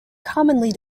commonly